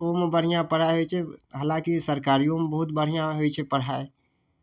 ओहोमे बढ़िआँ पढ़ाइ होइ छै हाँलांकि सरकारिओमे बहुत बढ़िआँ होइ छै पढ़ाइ